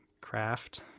craft